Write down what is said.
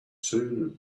soon